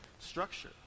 structure